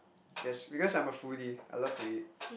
yes because I'm a foodie I love to eat